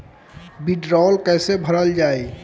भीडरौल कैसे भरल जाइ?